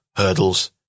hurdles